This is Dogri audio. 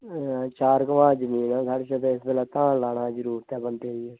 चार घमांह् जमीन ऐ साढ़ै इसलै धान लान दी जरूरत ऐ बंदे दी